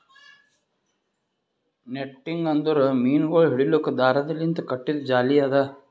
netting ಅಂದುರ್ ಮೀನಗೊಳ್ ಹಿಡಿಲುಕ್ ದಾರದ್ ಲಿಂತ್ ಕಟ್ಟಿದು ಜಾಲಿ ಅದಾ